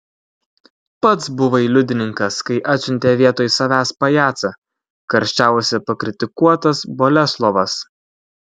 pats buvai liudininkas kai atsiuntė vietoj savęs pajacą karščiavosi pakritikuotas boleslovas